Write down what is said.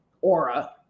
aura